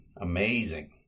Amazing